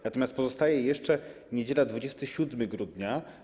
Natomiast pozostaje jeszcze niedziela 27 grudnia.